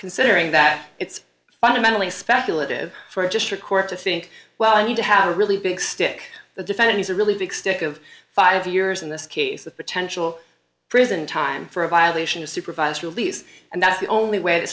considering that it's fundamentally speculative for a district court to think well i need to have a really big stick the defendant has a really big stick of five years in this case the potential prison time for a violation of supervised release and that's the only way